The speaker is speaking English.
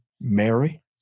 Mary